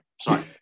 sorry